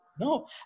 No